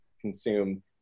consume